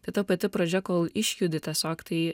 tai ta pati pradžia kol išjudi tiesiog tai